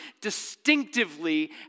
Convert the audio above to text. distinctively